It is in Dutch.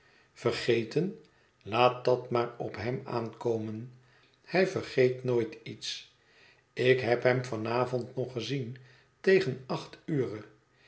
vergeten laat dat maar op hem aankomen hij vergeet nooit iets ik heb hem van avond nog gezien tegen acht ure